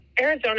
Arizona